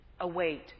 await